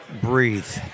Breathe